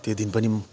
त्यो दिन पनि एउटा